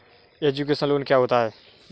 Education loan क्या होता है?